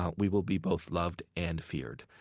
ah we will be both loved and feared,